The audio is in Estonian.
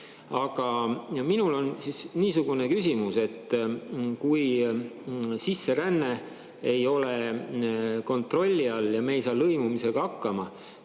Aga minul on niisugune küsimus. Kui sisseränne ei ole kontrolli all ja me ei saa lõimimisega hakkama,